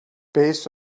based